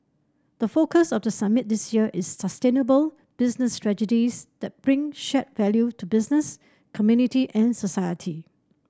the focus of the summit this year is sustainable business strategies that bring shared value to business community and society